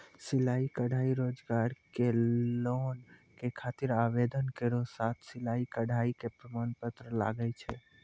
सिलाई कढ़ाई रोजगार के लोन के खातिर आवेदन केरो साथ सिलाई कढ़ाई के प्रमाण पत्र लागै छै?